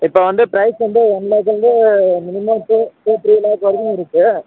இப்போ வந்து பிரைஸ் வந்து ஒன் லேக்லிருந்து minimum two two three lakh வரைக்கும் இருக்குது